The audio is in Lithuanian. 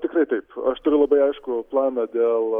tikrai taip aš turiu labai aiškų planą dėl